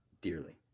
dearly